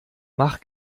mach